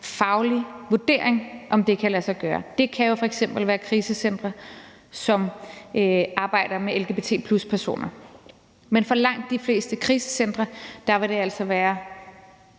faglig vurdering af, om det kan lade sig gøre. Det kan jo f.eks. være tilfældet med krisecentre, som arbejder med lgbt+-personer, men for langt de fleste krisecentre vil det altså være